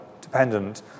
dependent